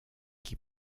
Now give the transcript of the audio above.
qui